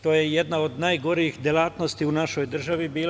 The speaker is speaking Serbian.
To je jedna od najgorih delatnosti u našoj državi bila.